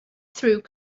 through